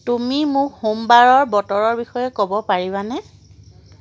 তুমি মোক সোমবাৰৰ বতৰৰ বিষয়ে ক'ব পাৰিবানে